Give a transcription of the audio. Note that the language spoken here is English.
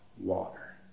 water